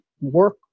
work